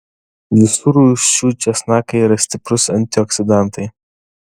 visų rūšių česnakai yra stiprūs antioksidantai